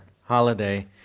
holiday